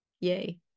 Yay